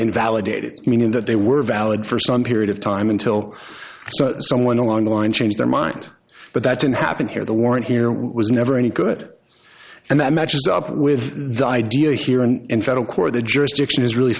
invalidated meaning that they were valid for some period of time until someone along the line changed their mind but that didn't happen here the warrant was never any good and that matches up with the idea here and in federal court the jurisdiction is really